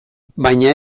baina